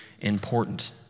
important